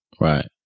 Right